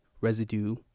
residue